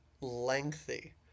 lengthy